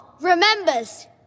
remembers